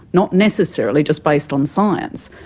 not necessarily just based on science.